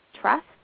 trust